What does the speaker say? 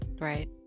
Right